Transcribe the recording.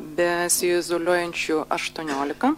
be izoliuojančių aštuoniolika